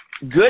Good